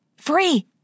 Free